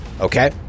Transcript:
Okay